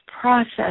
process